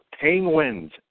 Penguins